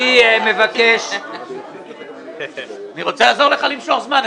אני מבקש --- אני רוצה לעזור לך למשוך זמן,